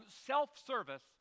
self-service